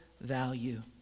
value